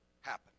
happen